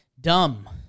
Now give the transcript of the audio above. Dumb